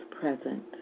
Present